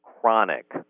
chronic